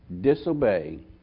disobey